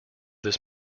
this